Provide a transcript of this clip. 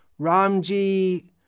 Ramji